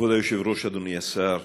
כבוד היושב-ראש, אדוני השר,